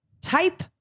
type